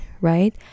right